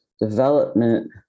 development